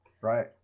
right